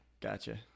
Gotcha